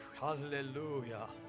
Hallelujah